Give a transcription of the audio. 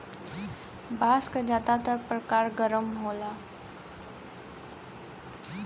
बांस क जादातर परकार गर्म होला